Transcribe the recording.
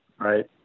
right